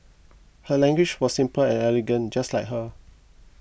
her language was simple and elegant just like her